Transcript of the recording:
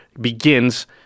begins